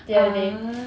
ah